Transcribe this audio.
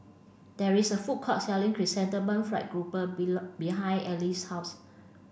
there is a food court selling Chrysanthemum fried grouper behind Ell's house